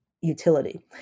utility